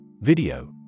Video